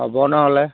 হ'ব নহ'লে